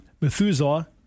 Methuselah